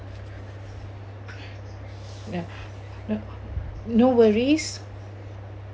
ya ya no worries